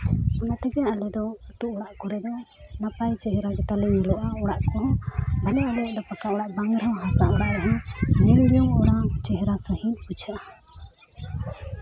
ᱚᱱᱟ ᱛᱮᱜᱮ ᱟᱞᱮ ᱫᱚ ᱟᱛᱳ ᱚᱲᱟᱜ ᱠᱚᱨᱮ ᱫᱚ ᱱᱟᱯᱟᱭ ᱪᱮᱦᱨᱟ ᱜᱮᱛᱟᱞᱮ ᱧᱮᱞᱚᱜᱼᱟ ᱚᱲᱟᱜ ᱠᱚᱦᱚᱸ ᱢᱟᱱᱮ ᱟᱞᱮᱭᱟᱜ ᱫᱚ ᱯᱟᱠᱟ ᱚᱲᱟᱜ ᱵᱟᱝ ᱨᱮᱦᱚᱸ ᱦᱟᱥᱟ ᱚᱲᱟᱜ ᱨᱮᱦᱚᱸ ᱪᱮᱦᱨᱟ ᱥᱟᱹᱦᱤᱡ ᱵᱩᱡᱷᱟᱹᱜᱼᱟ